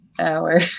Hour